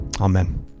Amen